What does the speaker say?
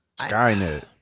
Skynet